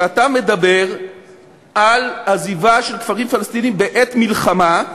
שאתה מדבר על עזיבה של כפרים פלסטיניים בעת מלחמה,